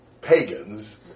pagans